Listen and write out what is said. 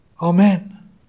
amen